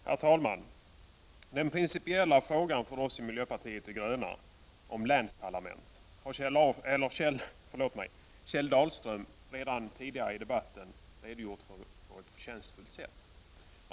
Herr talman! Den principiella frågan för oss i miljöpartiet de gröna om länsparlament har Kjell Dahlström redan tidigare i debatten redogjort för på ett förtjänstfullt sätt.